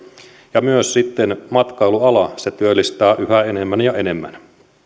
ja myös matkailuala työllistää yhä enemmän ja enemmän